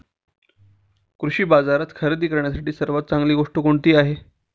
कृषी बाजारात खरेदी करण्यासाठी सर्वात चांगली गोष्ट कोणती आहे?